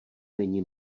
není